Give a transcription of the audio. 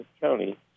County